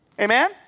Amen